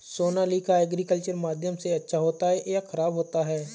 Sonalika agriculture माध्यम से अच्छा होता है या ख़राब होता है?